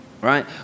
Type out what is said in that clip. right